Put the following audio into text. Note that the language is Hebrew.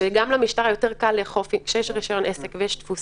שגם למשטרה יותר קל לאכוף כשיש רישיון עסק ויש תפוסה,